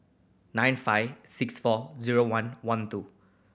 nine five six four zero one one two